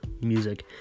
music